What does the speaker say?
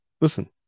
listen